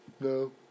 No